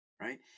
right